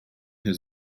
his